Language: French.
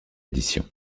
édition